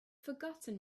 forgotten